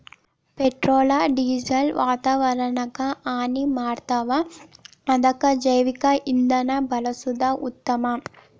petrol diesel ವಾತಾವರಣಕ್ಕ ಹಾನಿ ಮಾಡ್ತಾವ ಅದಕ್ಕ ಜೈವಿಕ ಇಂಧನಾ ಬಳಸುದ ಉತ್ತಮಾ